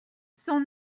cent